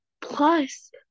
Plus